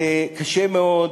קשה מאוד